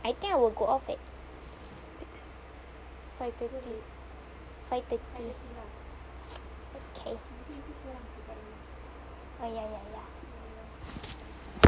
I think I will go off at six five thirty ya ya ya